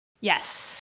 Yes